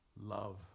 love